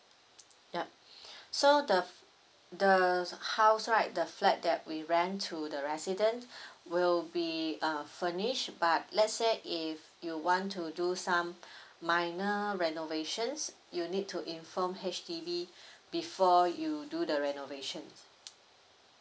yup so the the house right the flat that we rent to the resident will be uh furnished but let's say if you want to do some minor renovations you need to inform H_D_B before you do the renovation